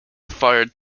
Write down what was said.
fired